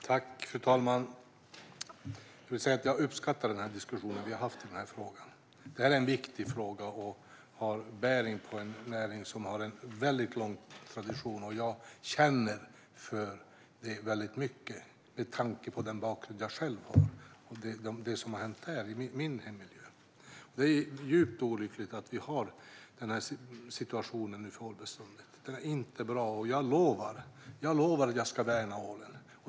Fru talman! Jag vill säga att jag uppskattar diskussionen vi har haft i den här frågan. Det är en viktig fråga. Den har bäring på en näring som har en väldigt lång tradition, och jag känner mycket för den med tanke på den bakgrund jag själv har och det som har hänt i min hemmiljö. Det är djupt olyckligt att vi har denna situation för ålbeståndet. Den är inte bra. Jag lovar att jag ska värna ålen.